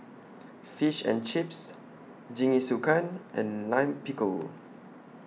Fish and Chips Jingisukan and Lime Pickle